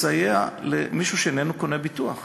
לסייע למישהו שאיננו קונה ביטוח,